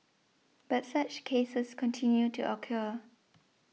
but such cases continue to occur